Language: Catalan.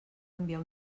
enviar